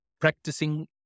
practicing